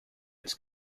its